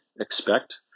expect